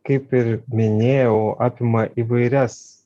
kaip ir minėjau apima įvairias